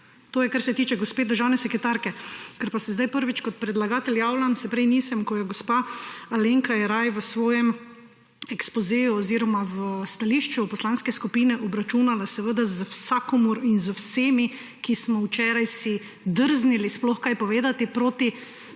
To je kar se tiče gospe državne sekretarke. Ker pa se zdaj prvič kot predlagatelj javljam, se prej nisem, ko je gospa Alenka Jeraj v svojem ekspozeju oziroma v stališču poslanske skupine obračunala seveda z vsakomur in z vsemi, ki smo včeraj si drznili sploh kaj povedati proti